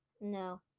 No